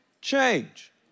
change